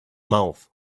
mouth